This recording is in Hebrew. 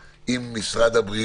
ואני מקווה מאוד שהיא תיפתר,